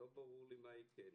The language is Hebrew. לא ברור לי מה כן.